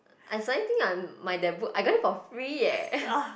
I suddenly think I'm my that book I got it for free eh